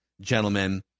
gentlemen